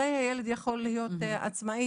מתי ילד יכול להיות עצמאי.